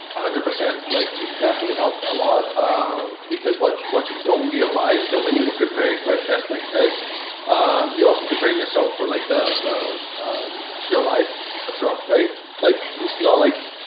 hundred percent like it definitely helped a lot um because what what you don't realize that when you are preparing for a test like this you also preparing yourself for like the your life abroad right like it's not like